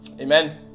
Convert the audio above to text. Amen